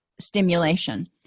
stimulation